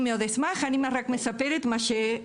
אני מאוד אשמח אני רק מספרת לכם את מה שקרה.